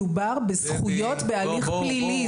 מדובר בזכויות בהליך פלילי.